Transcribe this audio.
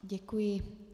Děkuji.